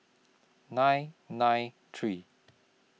nine nine three